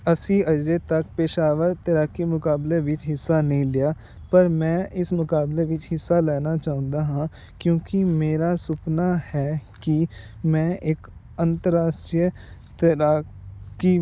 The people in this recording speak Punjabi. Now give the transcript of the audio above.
ਅਸੀਂ ਅਜੇ ਤੱਕ ਪੇਸ਼ਾਵਰ ਤੈਰਾਕੀ ਮੁਕਾਬਲੇ ਵਿੱਚ ਹਿੱਸਾ ਨਹੀਂ ਲਿਆ ਪਰ ਮੈਂ ਇਸ ਮੁਕਾਬਲੇ ਵਿੱਚ ਹਿੱਸਾ ਲੈਣਾ ਚਾਹੁੰਦਾ ਹਾਂ ਕਿਉਂਕਿ ਮੇਰਾ ਸੁਪਨਾ ਹੈ ਕਿ ਮੈਂ ਇੱਕ ਅੰਤਰਾਸ਼ਟਰੀਆ ਤੈਰਾਕੀ